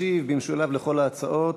ישיב במשולב לכל ההצעות